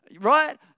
right